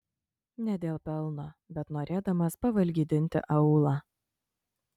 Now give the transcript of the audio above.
ne dėl pelno bet norėdamas pavalgydinti aūlą